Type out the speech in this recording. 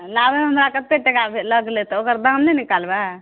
लाबैमे हमरा कतेक टका लगलै तऽ ओकर दाम नहि निकालबै